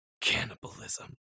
cannibalism